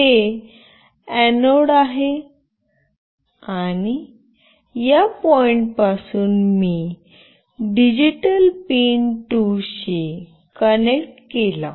हे एनोड आहे आणि या पॉईंटपासून मी डिजिटल पिन 2 शी कनेक्ट केला